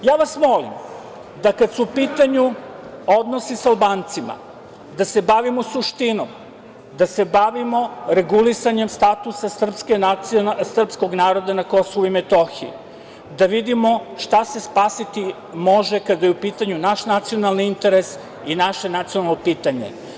Molim vas da kada su u pitanju odnosi sa Albancima, da se bavimo suštinom, da se bavimo regulisanjem statusa srpskog naroda na KiM, da vidimo šta se spasiti može kada je u pitanju naš nacionalni interes i naše nacionalno pitanje.